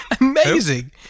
Amazing